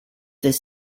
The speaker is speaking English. this